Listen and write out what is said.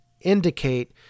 indicate